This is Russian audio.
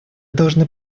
должны